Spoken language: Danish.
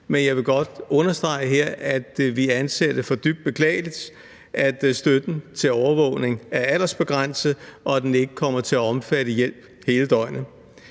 men jeg vil godt understrege her, at vi anser det for dybt beklageligt, at støtten til overvågning er aldersbegrænset, og at den ikke kommer til at omfatte hjælp hele døgnet.